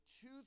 two